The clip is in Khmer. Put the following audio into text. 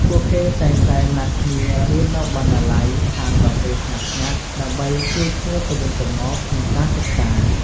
ពួកគេតែងតែណាត់គ្នារៀននៅបណ្ណាល័យ ហាងកាហ្វេស្ងាត់ៗ ដើម្បីជួយគ្នាទៅវិញទៅមកក្នុងការសិក្សា។